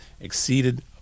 exceeded